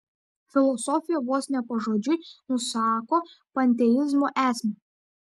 filosofė vos ne pažodžiui nusako panteizmo esmę